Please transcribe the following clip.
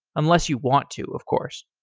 unless you want to, of course.